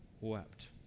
wept